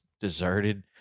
deserted